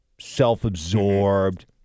self-absorbed